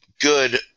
good